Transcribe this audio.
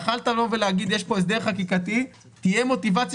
יכולת לבוא ולהגיד שיש פה הסדר חקיקתי ותהיה מוטיבציה